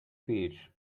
beach